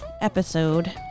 episode